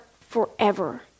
forever